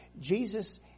Jesus